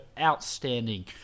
Outstanding